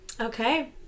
okay